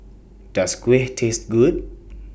Does Kuih Taste Good